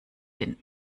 den